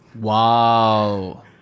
Wow